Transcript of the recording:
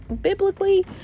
biblically